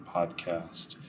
Podcast